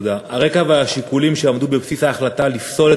הרקע והשיקולים שעמדו בבסיס ההחלטה לפסול את